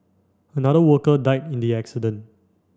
another worker died in the accident